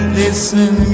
listen